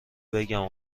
بگم